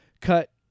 Cut